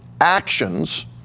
actions